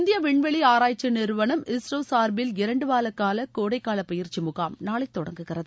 இந்திய வின்வெளி ஆராய்ச்சி நிறுவனம் இஸ்ரோ சார்பில் இரண்டுவார கால கோடை கால பயிற்சி முகாம் நாளை தொடங்குகிறது